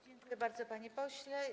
Dziękuję bardzo, panie pośle.